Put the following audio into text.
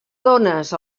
dónes